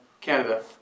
Canada